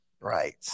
Right